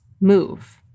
move